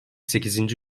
sekizinci